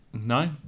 no